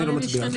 אני לא מצביע,